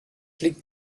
liegt